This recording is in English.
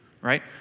Right